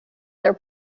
their